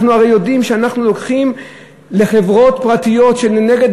אנחנו הרי יודעים שאנחנו לוקחים לחברות פרטיות שלנגד